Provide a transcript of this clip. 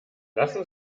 lassen